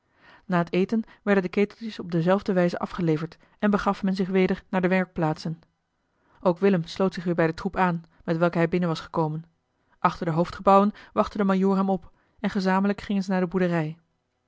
na het eten werden de keteltjes op dezelfde wijze afgeleverd en begaf men zich weder naar de werkplaatsen ook willem sloot zich weer bij den troep aan met welken hij binnen was gekomen achter de hoofdgebouwen wachtte de majoor hem op en gezamenlijk gingen ze naar de boerderij